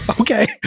okay